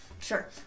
Sure